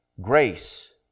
Grace